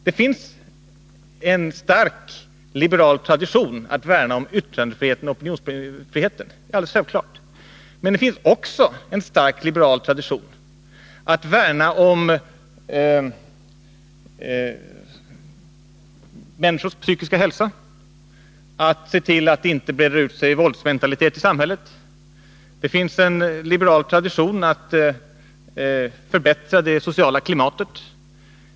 Det finns en stark liberal tradition att värna om yttrandefriheten och opinionsfriheten. Det är alldeles självklart. Men det finns också en stark liberal tradition att värna om människors psykiska hälsa, att se till att det inte breder ut sig en våldsmentalitet i samhället. Det finns en liberal tradition att förbättra det sociala klimatet.